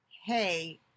Hey